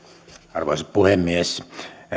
arvoisa puhemies